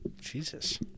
Jesus